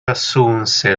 assunse